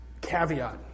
Caveat